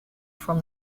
from